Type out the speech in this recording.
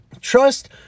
Trust